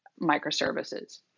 microservices